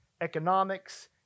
Economics